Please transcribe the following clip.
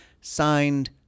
Signed